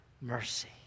mercy